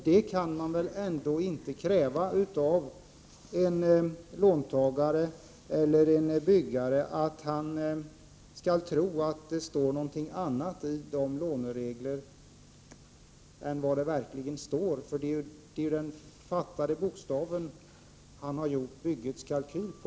Det kan väl ändå inte krävas av en låntagare eller en byggare att han skall tro att det som står i lånereglerna betyder någonting annat än vad som står där. Det är den fattade bokstaven han har gjort byggets kalkyl på.